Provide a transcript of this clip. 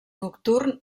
nocturn